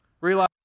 Realize